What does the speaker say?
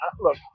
look